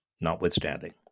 notwithstanding